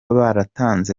baratanze